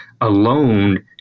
alone